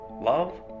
love